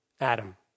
Adam